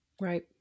Right